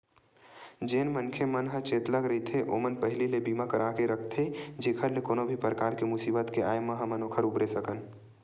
जेन मनखे मन ह चेतलग रहिथे ओमन पहिली ले बीमा करा के रखथे जेखर ले कोनो भी परकार के मुसीबत के आय म हमन ओखर उबरे सकन